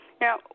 Now